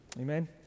Amen